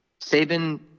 Saban